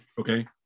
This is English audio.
okay